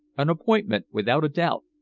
an appointment, without a doubt.